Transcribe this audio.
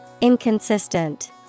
Inconsistent